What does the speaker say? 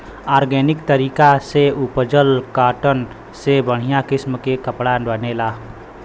organic तरीका से उपजल कॉटन से बढ़िया किसम के कपड़ा बनेला